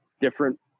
different